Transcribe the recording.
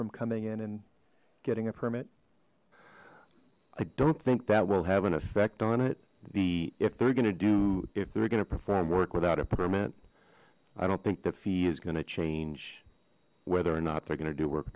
from coming in and getting a permit i don't think that will have an effect on it the if they're gonna do if they're gonna perform work without a permit i don't think the fee is gonna change whether or not they're going to do work